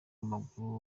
w’amaguru